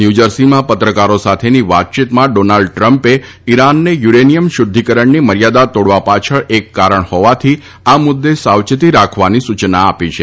ન્યૂજર્સીમાં પત્રકારો સાથેની વાતચીતમાં ડોનાલ્ડ ટ્રમ્પે ઇરાનને યુરેનિયમ શુધ્ધિકરણની મર્યાદા તોડવા પાછળ એક કારણ હોવાથી આ મુદ્દે સાવચેતી રાખવાની સૂચના આપી છે